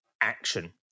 Action